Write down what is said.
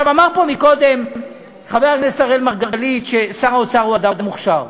אמר פה קודם חבר הכנסת אראל מרגלית ששר האוצר הוא אדם מוכשר.